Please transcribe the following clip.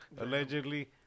allegedly